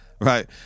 Right